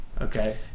Okay